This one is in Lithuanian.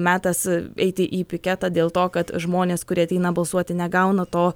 metas eiti į piketą dėl to kad žmonės kurie ateina balsuoti negauna to